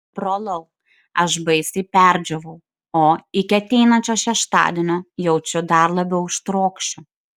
brolau aš baisiai perdžiūvau o iki ateinančio šeštadienio jaučiu dar labiau ištrokšiu